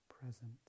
present